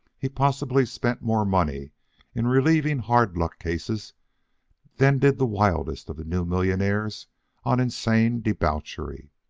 he possibly spent more money in relieving hard-luck cases than did the wildest of the new millionaires on insane debauchery.